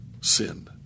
sin